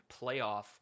playoff